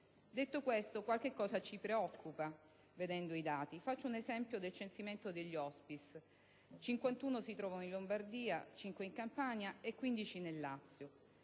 Detto questo, qualche cosa ci preoccupa vedendo i dati; faccio l'esempio del censimento degli *hospice*: 51 si trovano in Lombardia, 5 in Campania e 15 nel Lazio.